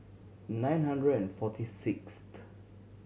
nine hundred and forty sixth